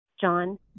John